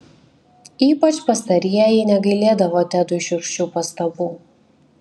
ypač pastarieji negailėdavo tedui šiurkščių pastabų